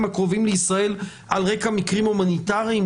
הקרובים לישראל על רקע מקרים הומניטריים.